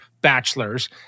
bachelors